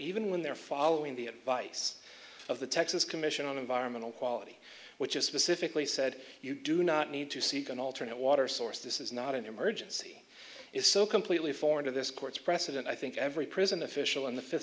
even when they're following the advice of the texas commission on environmental quality which is specifically said you do not need to seek an alternate water source this is not an emergency is so completely foreign to this court's precedent i think every prison official in the fifth